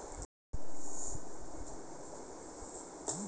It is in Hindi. यह तकनीक कृषि की अन्य तकनीकों जैसे एक्वापॉनिक्स और हाइड्रोपोनिक्स से अलग है